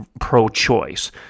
pro-choice